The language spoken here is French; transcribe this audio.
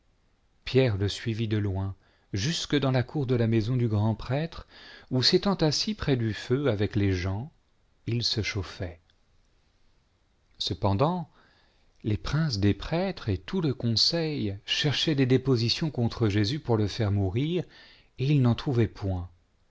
pierre le suivit de loin jusque dans la cour de la maison du grand-prêtre où s'étant assis auprès du feu avec les gens il se chauffaient cependant les princes des prêtres et tout le conseil cherchaient des dépositions contre jésus pour le faire mourir et ils n'en trouvaient point